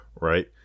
right